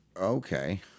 Okay